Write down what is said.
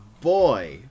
boy